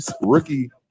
rookie